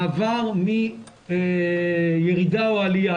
מעבר מירידה או עליה.